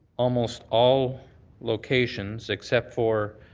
almost all locations, except for